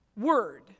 word